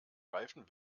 reifen